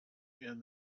and